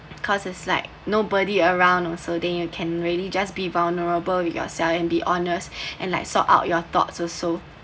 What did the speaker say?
cause it's like nobody around so then you can really just be vulnerable with yourself and be honest and like sort out your thoughts also